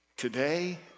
today